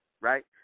right